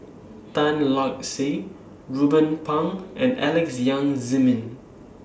Tan Lark Sye Ruben Pang and Alex Yam Ziming